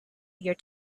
your